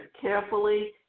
carefully